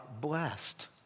blessed